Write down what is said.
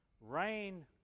Rain